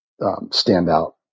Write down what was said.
standout